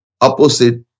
opposite